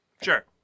Sure